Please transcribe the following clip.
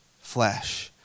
flesh